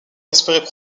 espéraient